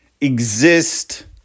exist